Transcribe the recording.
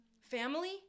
Family